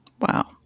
Wow